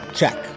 Check